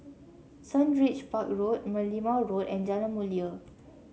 Sundridge Park Road Merlimau Road and Jalan Mulia